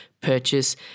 purchase